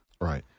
Right